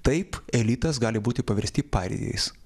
taip elitas gali būti paversti parijais